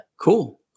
Cool